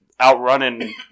outrunning